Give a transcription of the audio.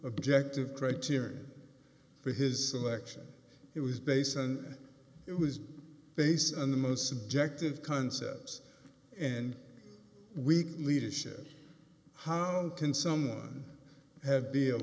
objective criterion for his election it was based and it was based on the most objective concepts and weak leadership how can someone ha